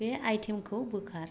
बे आइटेमखौ बोखार